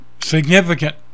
Significant